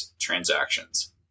transactions